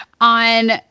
on